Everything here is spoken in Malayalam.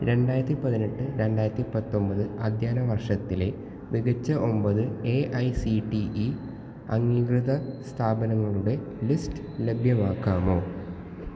രണ്ടായിരത്തി പതിനെട്ട് രണ്ടായിരത്തി പത്തൊമ്പത് അധ്യയന വർഷത്തിലെ മികച്ച ഒമ്പത് A I C T E അംഗീകൃത സ്ഥാപനങ്ങളുടെ ലിസ്റ്റ് ലഭ്യമാക്കാമോ